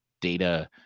data